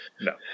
no